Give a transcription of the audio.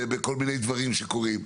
בכל מיני דברים שקורים.